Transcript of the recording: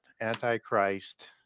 antichrist